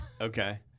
Okay